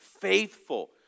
faithful